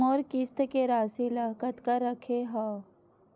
मोर किस्त के राशि ल कतका रखे हाव?